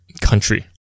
country